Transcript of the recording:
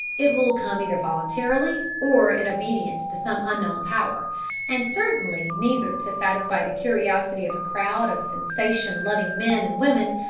it will come either voluntarily, or in obedience to some unknown power and certainly neither to satisfy the curiosity of a crowd of sensation-loving men and women,